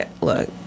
look